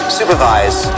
supervise